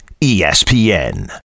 ESPN